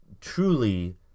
truly